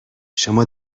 شما